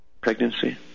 pregnancy